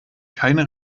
keine